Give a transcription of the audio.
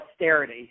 austerity